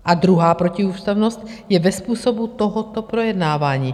A druhá protiústavnost je ve způsobu tohoto projednávání.